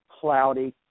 cloudy